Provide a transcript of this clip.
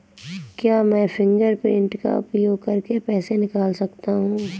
क्या मैं फ़िंगरप्रिंट का उपयोग करके पैसे निकाल सकता हूँ?